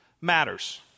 matters